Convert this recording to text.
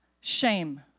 shame